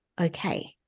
okay